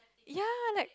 ya like